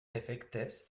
efectes